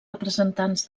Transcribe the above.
representants